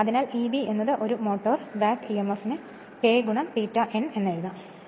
അതിനാൽ Eb എന്നത് ഒരു മോട്ടോർ ബാക്ക് emf ന് k ∅ N എന്ന് എഴുതാം